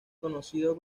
conocido